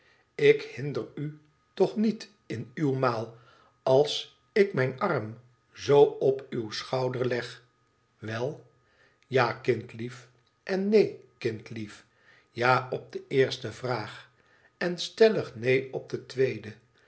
ik hinder u toch niet in uw maal als ik mijn arm z op uw schouder leg wel ja kind lief en neen kindlief ja op de eerste vraag en stellig neen op de tweede